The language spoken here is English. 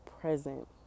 present